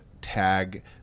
tag